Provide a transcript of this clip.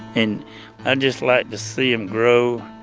and i just like to see them grow.